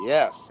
Yes